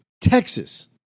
Texas